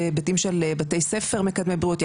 בהיבטים של בתי ספר מקדמי בריאות,